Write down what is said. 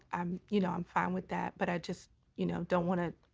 um you know i'm fine with that. but i just you know don't want to